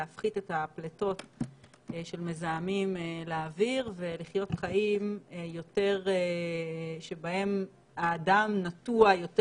להפחית את הפליטות של מזהמים לאוויר ולחיות חיים שבהם האדם נטוע יותר